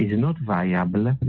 and not liable if